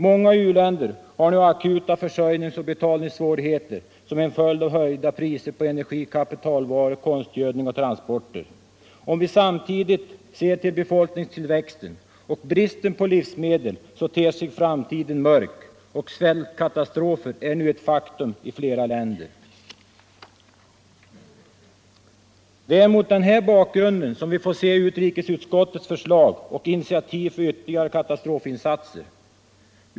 Många u-länder har akuta försörjningsoch betalningssvårigheter som en följd av höjda priser på energi, kapitalvaror, konstgödning och transporter. Om vi samtidigt ser till befolkningstillväxten och bristen på livsmedel, så ter sig framtiden mörk. Svältkatastrofer är nu ett faktum i flera länder. Det är mot den här bakgrunden som vi får bedöma utrikesutskottets initiativ och förslag om ytterligare katastrofinsatser.